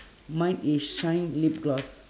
mine is shine lip gloss